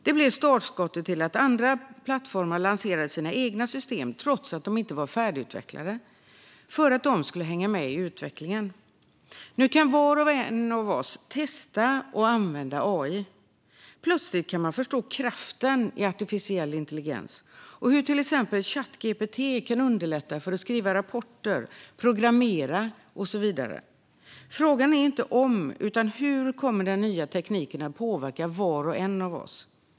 Det blev startskottet för att andra plattformar lanserade sina egna system, trots att de inte var färdigutvecklade, för att hänga med i utvecklingen. Nu kan var och en av oss testa att använda AI. Plötsligt kan man förstå kraften i artificiell intelligens och hur till exempel Chat GPT kan underlätta arbetet med att skriva rapporter, programmera och så vidare. Frågan är inte om utan hur den nya tekniken kommer att påverka var och en av oss.